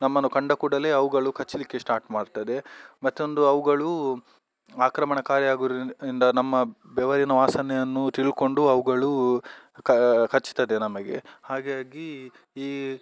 ನಮ್ಮನ್ನು ಕಂಡ ಕೂಡಲೇ ಅವುಗಳು ಕಚ್ಚಲಿಕ್ಕೆ ಸ್ಟಾರ್ಟ್ ಮಾಡ್ತದೆ ಮತ್ತೊಂದು ಅವುಗಳು ಆಕ್ರಮಣಕಾರಿಯಾಗಿರೋದ್ರಿಂದ ನಮ್ಮ ಬೆವರಿನ ವಾಸನೆಯನ್ನು ತಿಳ್ಕೊಂಡು ಅವುಗಳು ಕಚ್ತದೆ ನಮಗೆ ಹಾಗಾಗಿ ಈ